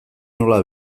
nola